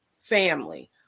family